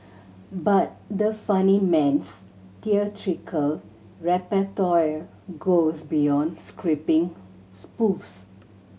but the funnyman's theatrical repertoire goes beyond scripting spoofs